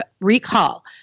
recall